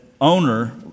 owner